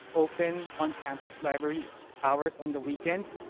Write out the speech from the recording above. open on campus library hours on the weekends.